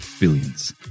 billions